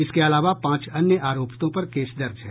इसके अलावा पांच अन्य आरोपितों पर केस दर्ज है